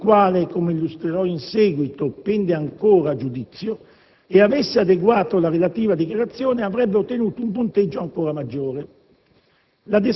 sulla quale - come illustrerò in seguito - pende ancora giudizio, e avesse adeguato la relativa dichiarazione, avrebbe ottenuto un punteggio ancora maggiore.